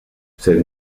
set